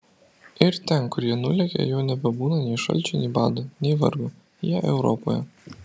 ir ten kur jie nulekia jau nebebūna nei šalčio nei bado nei vargo jie europoje